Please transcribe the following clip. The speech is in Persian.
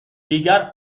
دیگر